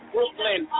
Brooklyn